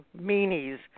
meanies